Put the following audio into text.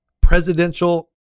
presidential